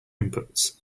inputs